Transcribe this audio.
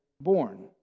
born